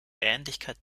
ähnlichkeit